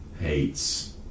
hates